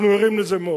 אנחנו ערים לזה מאוד.